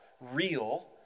real